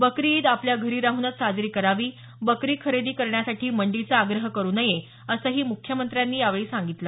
बकरी ईद आपल्या घरी राहूनच साजरी करावी बकरी खरेदी करण्यासाठी मंडीचा आग्रह करु नये असंही मुख्यमंत्र्यांनी यावेळी सांगितलं